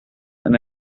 and